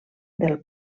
del